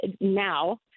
now